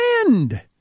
end